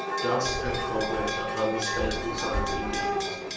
dust and cobwebs are unmistakable signs of indifference.